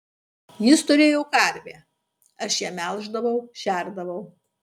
jis turėjo karvę aš ją melždavau šerdavau